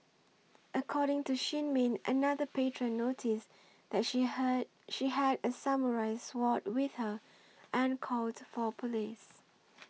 according to Shin Min another patron noticed that she heard she had a samurai sword with her and called for police